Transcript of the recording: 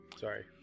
sorry